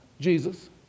Jesus